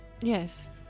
Yes